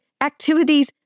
activities